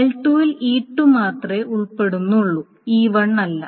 L2 ൽ E2 മാത്രമേ ഉൾപ്പെടുന്നുള്ളൂ E1 അല്ല